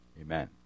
Amen